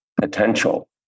potential